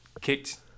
kicked